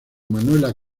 manuela